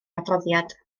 adroddiad